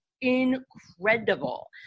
incredible